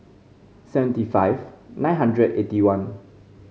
seventy five nine hundred eighty one